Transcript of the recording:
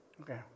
Okay